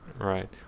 Right